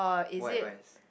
white rice